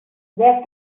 their